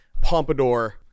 pompadour